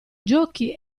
giochi